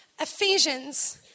Ephesians